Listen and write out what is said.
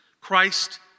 Christ